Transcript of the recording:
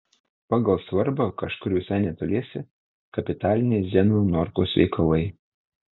pagal svarbą kažkur visai netoliese kapitaliniai zenono norkaus veikalai